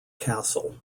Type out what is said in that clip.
castle